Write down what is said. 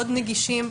מאוד נגישים,